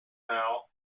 now